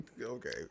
Okay